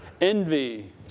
Envy